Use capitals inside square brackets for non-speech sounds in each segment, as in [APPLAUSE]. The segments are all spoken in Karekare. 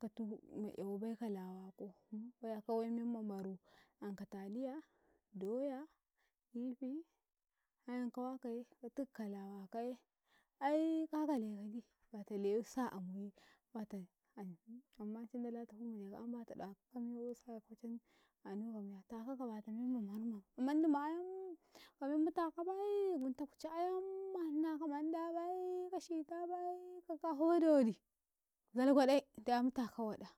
Katu ma'yawabai ka lawatuko [HESITATION] baya kawai memma maru anka taliya, doya, kifi ayan ka wakaye ka tuk ka lawakaye aika kalegi bata lewi sa amuye bata am amma cin ndala tahum ma jaga an miya taka bata memma maru maru amman dumuain ka mem muta kaban gunta kuca ayam mahina ka mandabai, ka shitabai ka kafibai da wadi wadi zal gwaɗai da mu mutakau ka wadi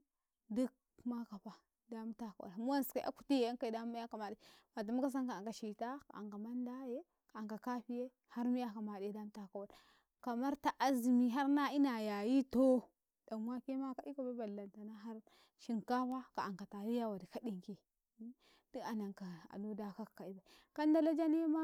[HESITATION] duk ma kafa damu taka waɗa muwansika a kutiye yan kaye da mu yaka made bata mu kasanka anka shita anka mandaye ka anka kafiye har mu yaka maɗe da mutaka waɗa, kamar ta azimi harna ina yayi too ɗan wake ma ka ikabai ballantana har shinkafa ka anka taliya wodi kaɗinki [HESITATION] duk a nanka da ka ka ka'ibai kandala janema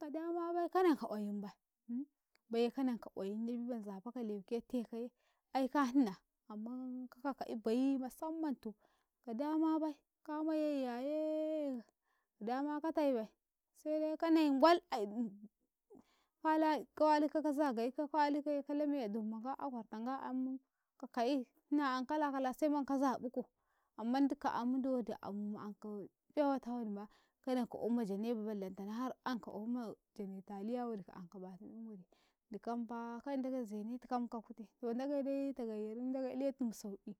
ka damabai kananka qwayimbai [HESITATION] baiyekananka qwayimye emman nzafaka lauke tekaye aika hinna amman kaka ka'ibai musamman to ka dama bai ka mayayyaye ka dama ka taiabi sede ana'in ngwal a idatukau kala ka walika ka zagayikau ka walikaye ka lame a dommanga a kwartanga 'yan kakayi hina ainkala kala seman ka zaƃukau amma dukka dowodi, am ankau fiyawata wadi ma kananko oyim ma jene bai balentana anka gwoyimma ma taliya wodi kaanka maru dikanta kai ndagei zenetikam mukam tondagaide ka ance ule tumu sau'i.